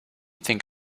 think